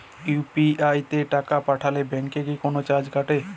UPI তে টাকা পাঠালে ব্যাংক কি কোনো চার্জ কাটে?